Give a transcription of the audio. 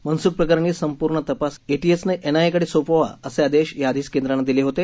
मनसुख प्रकरणी सम्पूर्ण तपास एटीएसने एनआयएकड़े सोपवावा असे आदेश याआधीच केंद्रानं दिले होते